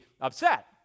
upset